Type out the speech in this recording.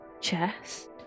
chest